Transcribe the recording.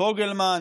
פוגלמן,